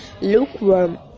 lukewarm